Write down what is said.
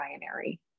binary